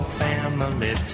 family